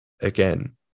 Again